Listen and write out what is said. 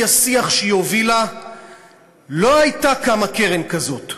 השיח שהיא הובילה לא הייתה קמה קרן כזאת,